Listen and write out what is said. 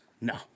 No